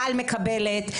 טל מקבלת,